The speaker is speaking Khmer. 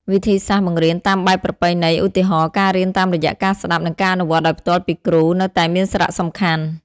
វិធីសាស្រ្តបង្រៀនតាមបែបប្រពៃណី ឧទាហរណ៍ ការរៀនតាមរយៈការស្តាប់ និងអនុវត្តដោយផ្ទាល់ពីគ្រូ នៅតែមានសារៈសំខាន់។